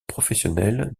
professionnel